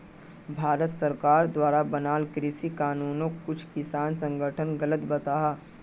भारत सरकार द्वारा बनाल कृषि कानूनोक कुछु किसान संघठन गलत बताहा